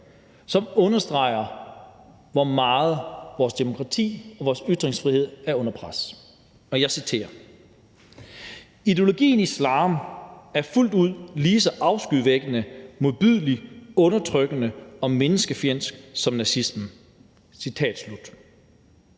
som understreger, hvor meget vores demokrati og vores ytringsfrihed er under pres: »Ideologien Islam er fuldt ud lige så afskyvækkende, modbydelig, undertrykkende og menneskefjendsk som Nazismen.« De